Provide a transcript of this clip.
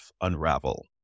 unravel